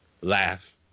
laugh